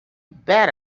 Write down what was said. bet